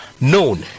known